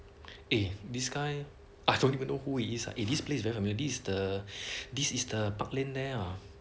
eh this guy I thought you know who he is ah this place very familiar eh this is the park lane there ah